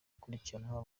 gukurikiranwa